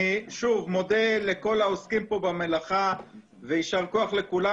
אני שוב מודה לכל העוסקים פה במלאכה ויישר כוח לכולם,